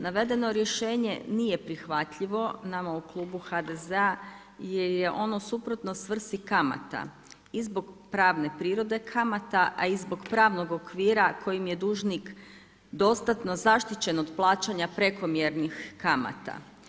Navedeno rješenje nije prihvatljivo nama u klubu HDZ-a jer je ono suprotno svrsi kamata i zbog pravne prirode kamata, a i zbog pravnog okvira kojim je dužnih dostatno zaštićen od plaćanja prekomjernih kamata.